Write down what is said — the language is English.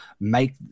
make